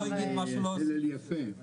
לא אגיד משהו שלא עשיתי.